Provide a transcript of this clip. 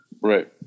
Right